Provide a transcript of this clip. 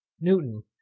newton